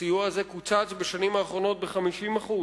הסיוע הזה קוצץ בשנים האחרונות ב-50%.